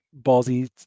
ballsy